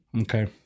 Okay